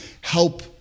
help